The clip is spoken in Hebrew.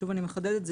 אני מחדדת,